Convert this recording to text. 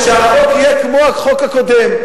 אני מוכן להגיע אתכם להסכם שהחוק יהיה כמו החוק הקודם,